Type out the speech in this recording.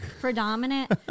predominant